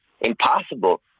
impossible